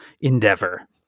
endeavor